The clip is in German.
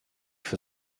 für